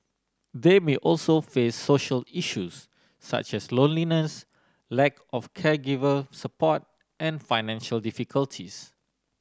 they may also face social issues such as loneliness lack of caregiver support and financial difficulties